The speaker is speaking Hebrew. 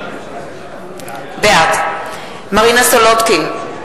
בעד מרינה סולודקין,